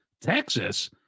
Texas